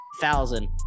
Thousand